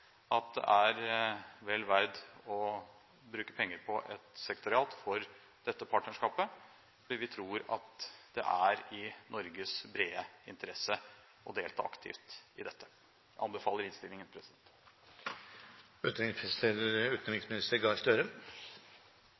at det er vel verdt å bruke penger på et sekretariat for dette partnerskapet, fordi vi tror at det er i Norges brede interesse å delta aktivt i dette. Jeg anbefaler innstillingen.